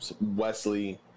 Wesley